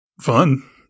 fun